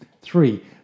Three